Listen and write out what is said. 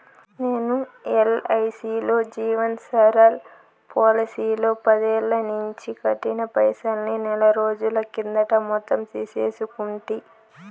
నేను ఎల్ఐసీలో జీవన్ సరల్ పోలసీలో పదేల్లనించి కట్టిన పైసల్ని నెలరోజుల కిందట మొత్తం తీసేసుకుంటి